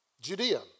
Judea